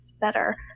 better